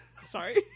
Sorry